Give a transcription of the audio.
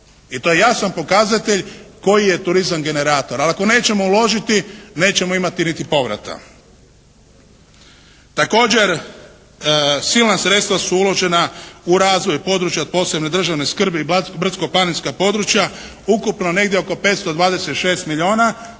I to je jasan pokazatelj koji je turizam generator. Ali ako nećemo uložiti nećemo imati niti povrata. Također silna sredstva su uložena u razvoj područja od posebne državne skrbi i brdsko-planinska područja. Ukupno negdje oko 526 milijuna.